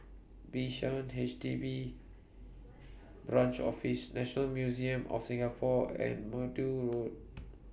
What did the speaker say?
Bishan H D B Branch Office National Museum of Singapore and Maude Road